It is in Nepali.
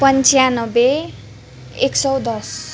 पन्चानब्बे एक सौ दस